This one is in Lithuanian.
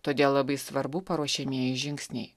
todėl labai svarbu paruošiamieji žingsniai